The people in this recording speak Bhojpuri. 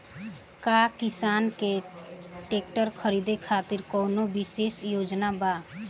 का किसान के ट्रैक्टर खरीदें खातिर कउनों विशेष योजना बा?